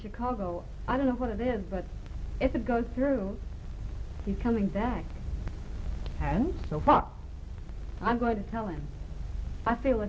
chicago i don't know what it is but if it goes through he's coming back and so hot i'm going to tell him i feel